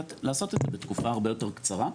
לעשות את זה בתקופה הרבה יותר קצרה.